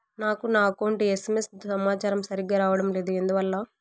నాకు నా account SMS సమాచారము సరిగ్గా రావడం లేదు ఎందువల్ల?